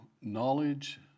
knowledge